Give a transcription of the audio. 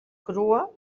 crua